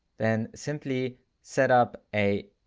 then simply set up a